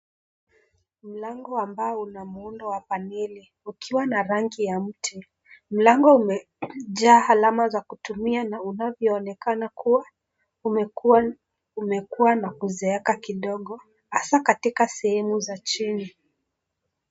Mlango ambao una muundo wa paneli ukiwa na rangi ya mti, mlango umejaa alama za kutumia na unavyoonekana kuwa umekuwa na kuzeeka kidogo haswa katika sehemu za chini.